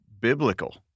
biblical